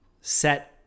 set